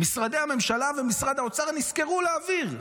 משרדי הממשלה ומשרד האוצר נזכרו להעביר.